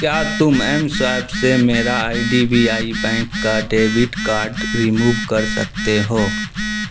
کیا تم M swipe سے میرا I D B I bank کا ڈیبٹ کارڈ رموو کر سکتے ہو